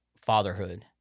fatherhood